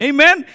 Amen